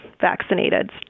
vaccinated